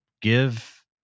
give